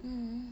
mm